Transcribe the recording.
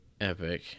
epic